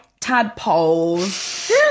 tadpoles